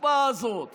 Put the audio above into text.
החוצפה הזאת